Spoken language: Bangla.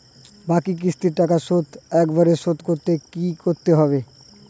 বাকি কিস্তির টাকা শোধ একবারে শোধ করতে কি করতে হবে?